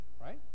right